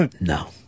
no